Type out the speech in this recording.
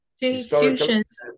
institutions